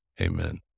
Amen